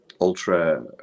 ultra